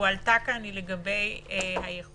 שהועלתה כאן היא לגבי היכולת